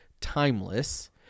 timeless